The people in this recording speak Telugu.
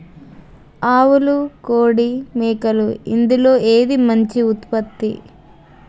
ఆవులు కోడి మేకలు ఇందులో ఏది మంచి ఉత్పత్తి?